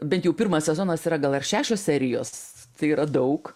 bent jau pirmas sezonas yra gal ir šešios serijos tai yra daug